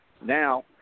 Now